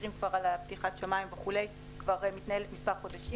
מכירים על פתיחת השמים שמתנהלת כבר כמה חודשים.